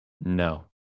No